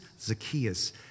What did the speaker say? Zacchaeus